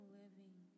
living